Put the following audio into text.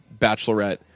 Bachelorette